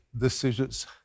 decisions